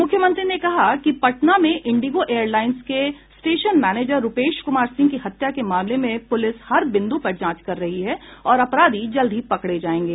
मुख्यमंत्री ने कहा कि पटना में इंडिगो एयरलाइंस के स्टेशन मैनेजर रूपेश कुमार सिंह की हत्या के मामले में पुलिस हर बिंदु पर जांच कर रही है और अपराधी जल्द ही पकड़े जाएंगे